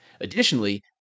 Additionally